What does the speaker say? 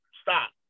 Stop